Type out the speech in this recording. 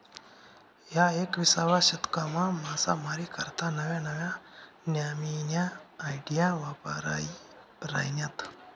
ह्या एकविसावा शतकमा मासामारी करता नव्या नव्या न्यामीन्या आयडिया वापरायी राहिन्यात